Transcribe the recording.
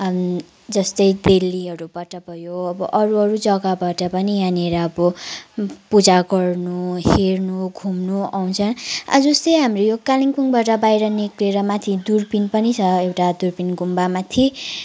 जस्तै दिल्लीहरूबाट भयो अब अरू अरू जग्गाबाट पनि यहाँनिर अब पूजा गर्नु हेर्नु घुम्नु आउँछ आ जस्तै हाम्रो यो कालेबुङबाट बाहिर निस्केर माथि दुर्पिन पनि छ एउटा दुर्पिन गुम्बा माथि